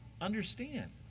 understand